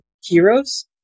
Heroes